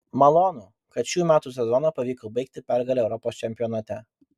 malonu kad šių metų sezoną pavyko baigti pergale europos čempionate